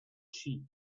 sheep